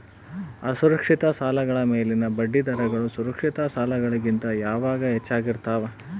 ಅಸುರಕ್ಷಿತ ಸಾಲಗಳ ಮೇಲಿನ ಬಡ್ಡಿದರಗಳು ಸುರಕ್ಷಿತ ಸಾಲಗಳಿಗಿಂತ ಯಾವಾಗಲೂ ಹೆಚ್ಚಾಗಿರ್ತವ